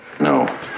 No